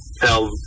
tell